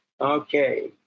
Okay